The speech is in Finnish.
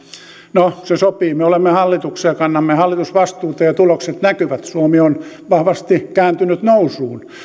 no se sopii me olemme hallituksessa ja kannamme hallitusvastuuta ja tulokset näkyvät suomi on vahvasti kääntynyt nousuun